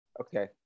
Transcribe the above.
Okay